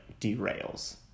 derails